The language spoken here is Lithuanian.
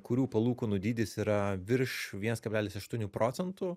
kurių palūkanų dydis yra virš vienas kablelis aštuonių procentų